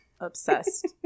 obsessed